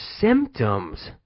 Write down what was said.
symptoms